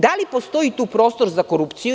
Da li postoji tu prostor za korupciju?